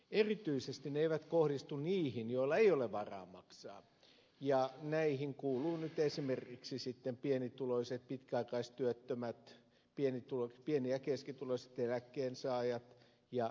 erityisesti ne eivät kohdistu niihin joilla ei ole varaa maksaa ja näihin kuuluvat nyt esimerkiksi sitten pienituloiset pitkäaikaistyöttömät pieni ja keskituloiset eläkkeensaajat ja niin edelleen